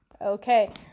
Okay